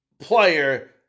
player